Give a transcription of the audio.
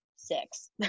six